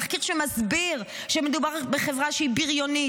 תחקיר שמסביר שמדובר בחברה שהיא בריונית,